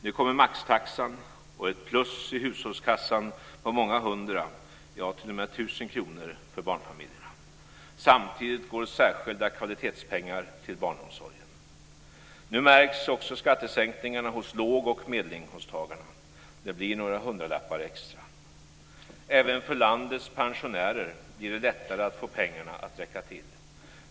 Nu kommer maxtaxan och ett plus i hushållskassan på många hundra, ja, t.o.m. tusen kronor för barnfamiljerna. Samtidigt går särskilda kvalitetspengar till barnomsorgen. Nu märks också skattesänkningarna hos låg och medelinkomsttagarna. Det blir några hundralappar extra. Även för landets pensionärer blir det lättare att få pengarna att räcka till.